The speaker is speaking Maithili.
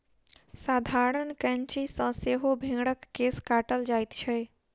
साधारण कैंची सॅ सेहो भेंड़क केश काटल जाइत छै